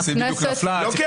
זה הגיע